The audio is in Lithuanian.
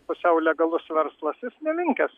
pusiau legalus verslas jis nelinkęs